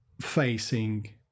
facing